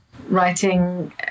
writing